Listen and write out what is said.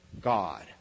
God